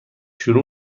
شروع